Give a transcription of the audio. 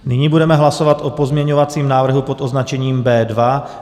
Nyní budeme hlasovat o pozměňovacím návrhu pod označením B2.